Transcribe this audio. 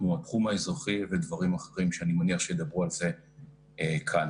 כמו התחום האזרחי ודברים אחרים שאני מניח שידברו עליהם כאן.